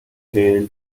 hail